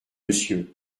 monsieur